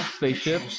spaceship